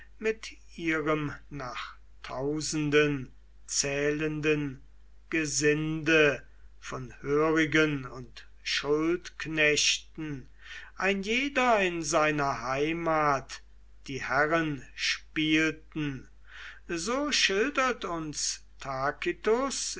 mit ihrem nach tausenden zählenden gesinde von hörigen und schuldknechten ein jeder in seiner heimat die herren spielten so schildert uns